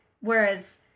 whereas